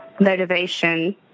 motivation